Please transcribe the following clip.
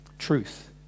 Truth